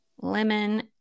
lemon